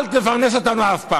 אל תפרנס אותנו אף פעם.